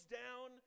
down